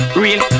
real